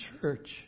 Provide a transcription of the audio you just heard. church